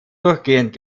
durchgehend